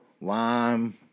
lime